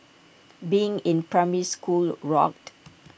being in primary school rocked